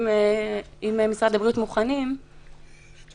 אם משרד הבריאות מוכנים בזום,